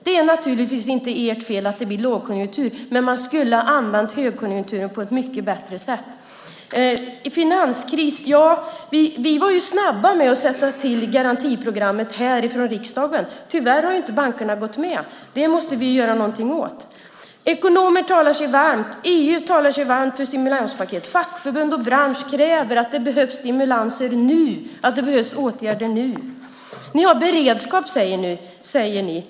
Det är naturligtvis inte ert fel att det blir lågkonjunktur, men man skulle ha använt högkonjunkturen på ett mycket bättre sätt. När det gäller finanskrisen var vi snabba med att sätta till garantiprogrammet här från riksdagen. Tyvärr har bankerna inte gått med. Det måste vi göra någonting åt. Ekonomer talar sig varma för detta. EU talar sig varmt för stimulanspaket. Fackförbund och bransch säger att det behövs stimulanser nu, att det behövs åtgärder nu. Ni har beredskap, säger ni.